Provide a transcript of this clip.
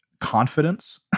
confidence